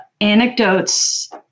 Anecdotes